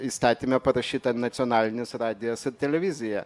įstatyme parašyta nacionalinis radijas ir televizija